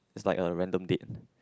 it's like a random date